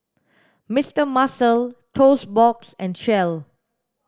Mister Muscle Toast Box and Shell